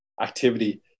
activity